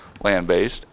land-based